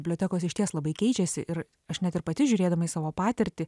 bibliotekos išties labai keičiasi ir aš net ir pati žiūrėdama į savo patirtį